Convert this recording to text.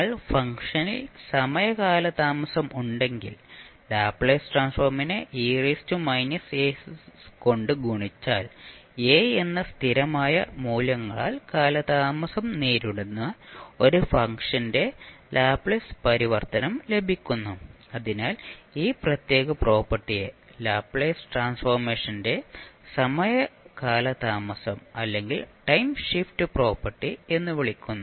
നിങ്ങൾക്ക് ഫംഗ്ഷനിൽ സമയ കാലതാമസം ഉണ്ടെങ്കിൽ ലാപ്ലേസ് ട്രാൻസ്ഫോർമിനെ കൊണ്ട് ഗുണിച്ചാൽ a എന്ന സ്ഥിരമായ മൂല്യങ്ങളാൽ കാലതാമസം നേരിടുന്ന ഒരു ഫംഗ്ഷന്റെ ലാപ്ലേസ് പരിവർത്തനം ലഭിക്കുന്നു അതിനാൽ ഈ പ്രത്യേക പ്രോപ്പർട്ടിയെ ലാപ്ലേസ് ട്രാൻസ്ഫോർമേഷന്റെ സമയ കാലതാമസം അല്ലെങ്കിൽ ടൈം ഷിഫ്റ്റ് പ്രോപ്പർട്ടി എന്ന് വിളിക്കുന്നു